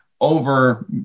over